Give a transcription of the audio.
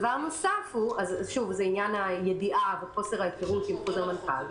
זה שוב בעניין הידיעה וחוסר ההכרות עם חוזר מנכ"ל.